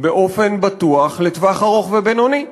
באופן בטוח לטווח ארוך ובינוני בישראל,